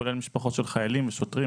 כולל משפחות של חיילים ושוטרים.